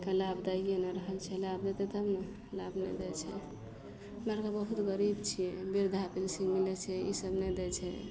लाभ दैयै नहि रहल छै लाभ देतय तब ने लाभ नहि दै छै हमरा आरके बहुत गरीब छियै वृद्धा पेन्शन मिलय छै ई सब नहि दै छै